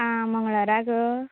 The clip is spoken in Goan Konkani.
आं मंगळाराक